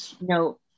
No